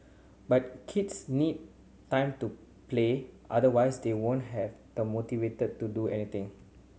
but kids need time to play otherwise they won't have the motivate to do anything